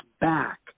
back